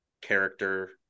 character